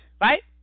right